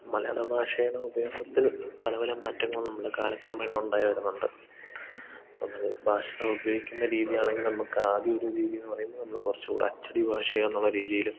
മലയാള ഭാഷയുടെ ഉപയോഗത്തിൽ പല പല മാറ്റങ്ങൾ നമ്മുടെ കാലക്രമേണ ഉണ്ടായി വരുന്നുണ്ട് നമ്മൾ ഭാഷ ഉപയോഗിക്കുന്ന രീതിയാണെങ്കിൽ നമുക്ക് ആദ്യമൊരു രീതിയെന്നു പറയുമ്പോൾ നമ്മൾ കുറച്ച്കൂടി അച്ചടി ഭാഷയാണ് എന്നുള്ള രീതിയിലും